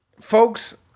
Folks